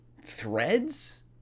threads